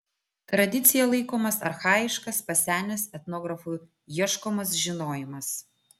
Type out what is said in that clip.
tradicija laikomas archajiškas pasenęs etnografų ieškomas žinojimas